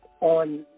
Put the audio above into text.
on